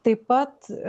taip pat